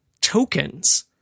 tokens